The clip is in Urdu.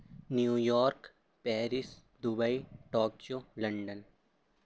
New York Paris Dubai Tokyo London